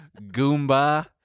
Goomba